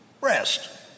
rest